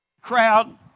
crowd